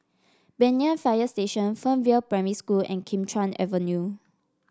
Banyan Fire Station Fernvale Primary School and Kim Chuan Avenue